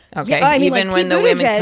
ok, yeah and even when the women.